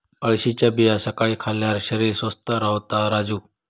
अळशीच्या बिया सकाळी खाल्ल्यार शरीर स्वस्थ रव्हता राजू